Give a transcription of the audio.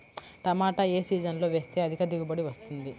టమాటా ఏ సీజన్లో వేస్తే అధిక దిగుబడి వస్తుంది?